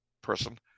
person